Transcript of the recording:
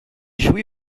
jouait